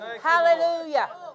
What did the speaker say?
Hallelujah